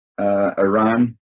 Iran